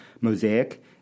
Mosaic